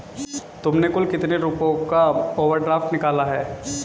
तुमने कुल कितने रुपयों का ओवर ड्राफ्ट निकाला है?